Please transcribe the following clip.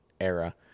era